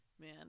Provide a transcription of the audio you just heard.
Man